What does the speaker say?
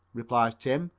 replies tim,